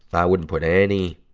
i wouldn't put any,